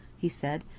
he said.